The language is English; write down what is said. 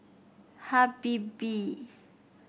Habibie